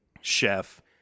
chef